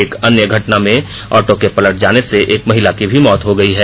एक अन्य घटना में ऑटो के पलट जाने से एक महिला की भी मौत हुई है